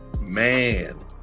man